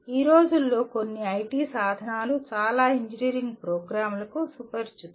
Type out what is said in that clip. ఈ రోజుల్లో కొన్ని ఐటి సాధనాలు చాలా ఇంజనీరింగ్ ప్రోగ్రామ్లకు సుపరిచితులు